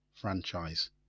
franchise